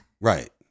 Right